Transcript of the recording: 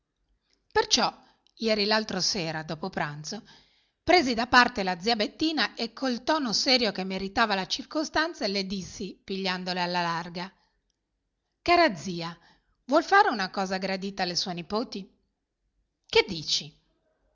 perciò ieri l'altro sera dopo pranzo presi da parte la zia bettina e col tono serio che meritava la circostanza le dissi pigliandola alla larga cara zia vuol fare una cosa gradita alle sue nipoti che dici